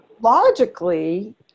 logically